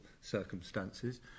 circumstances